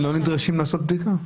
הם לא נדרשים לעשות בדיקה?